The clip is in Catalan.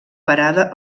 parada